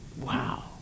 wow